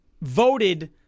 voted